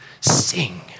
sing